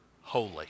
holy